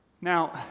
Now